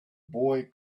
boy